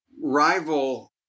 rival